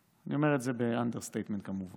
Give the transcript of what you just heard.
האקלים, ואני אומר את זה באנדרסטייטמנט כמובן.